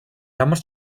ямар